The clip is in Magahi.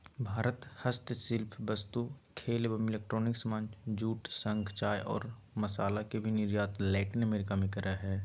भारत हस्तशिल्प वस्तु, खेल एवं इलेक्ट्रॉनिक सामान, जूट, शंख, चाय और मसाला के भी निर्यात लैटिन अमेरिका मे करअ हय